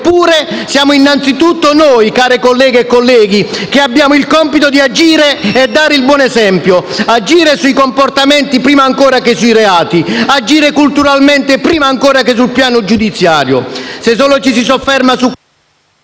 Eppure, siamo innanzitutto noi, care colleghe e colleghi, che abbiamo il compito di agire e di dare il buon esempio: agire sui comportamenti prima ancora che sui reati; agire culturalmente prima ancora che sul piano giudiziario.